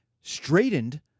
straightened